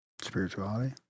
spirituality